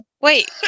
Wait